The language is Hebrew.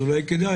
אז אולי כדאי.